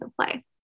play